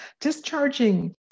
discharging